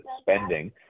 spending